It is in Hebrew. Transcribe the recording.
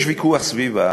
יש ויכוח סביב הקצבאות,